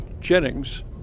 Jennings